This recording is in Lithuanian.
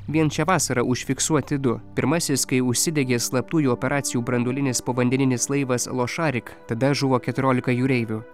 vien šią vasarą užfiksuoti du pirmasis kai užsidegė slaptųjų operacijų branduolinis povandeninis laivas lošarik tada žuvo keturiolika jūreivių